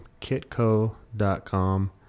Kitco.com